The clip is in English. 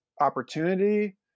opportunity